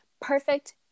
perfect